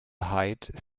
hide